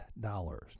dollars